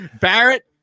Barrett